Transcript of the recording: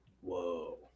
Whoa